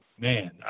Man